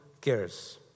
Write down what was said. cares